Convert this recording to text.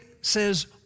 says